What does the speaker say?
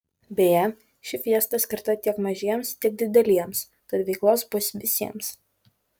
beje ši fiesta skirta tiek mažiems tiek dideliems tad veiklos bus visiems